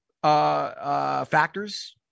Factors